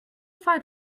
find